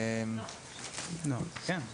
כן.